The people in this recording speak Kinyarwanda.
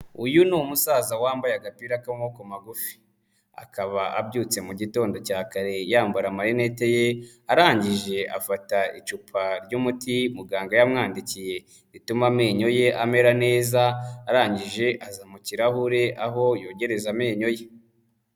Uyu ni umusaza wambaye agapira k'amaboko magufi. Akaba abyutse mu gitondo cya kare yambara amarinete ye, arangije afata icupa ry'umuti muganga yamwandikiye rituma amenyo ye amera neza. Arangije aza mu kirahure aho yogereza amenyo ye.